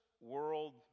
world